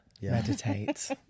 Meditate